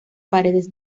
paredes